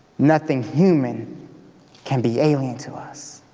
nothing human can be alien to us.